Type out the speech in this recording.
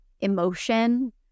emotion